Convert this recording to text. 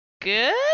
good